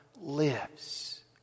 lives